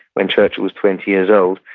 when churchill was twenty years old,